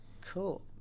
Cool